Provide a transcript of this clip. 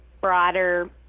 broader